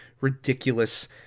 ridiculous